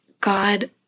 God